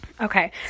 okay